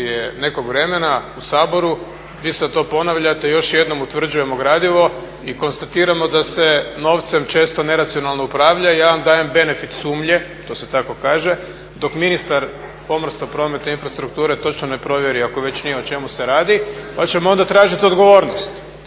nekog vremena u Saboru vi sada to ponavljate još jednom utvrđujemo gradivo i konstatiramo da se novcem često neracionalno upravlja i ja vam dajem benefit sumnje, to se tako kaže, dok ministar pomorstva, prometa i infrastrukture točno ne provjeri ako već nije o čemu se radi pa ćemo onda tražiti odgovornost